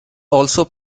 also